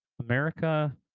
America